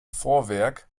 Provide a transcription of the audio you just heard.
vorwerk